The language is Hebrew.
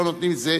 לא נותנים זה,